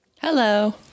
Hello